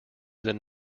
than